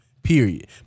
Period